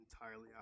entirely